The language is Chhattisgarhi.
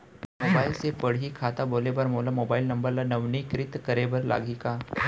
मोबाइल से पड़ही खाता खोले बर मोला मोबाइल नंबर ल नवीनीकृत करे बर लागही का?